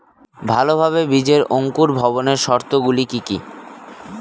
ভালোভাবে বীজের অঙ্কুর ভবনের শর্ত গুলি কি কি?